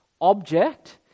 object